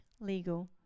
legal